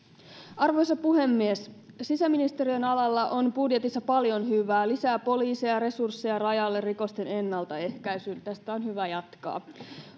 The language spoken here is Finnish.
arvoisa puhemies sisäministeriön alalla on budjetissa paljon hyvää lisää poliiseja resursseja rajalle rikosten ennaltaehkäisyyn tästä on hyvä jatkaa